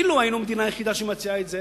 אילו היינו המדינה היחידה שמציעה את זה,